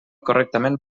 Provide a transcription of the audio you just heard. correctament